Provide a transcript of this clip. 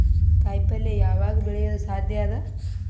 ಕಾಯಿಪಲ್ಯ ಯಾವಗ್ ಬೆಳಿಯೋದು ಸಾಧ್ಯ ಅದ?